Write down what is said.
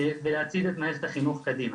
ולהצעיד את מערכת החינוך קדימה.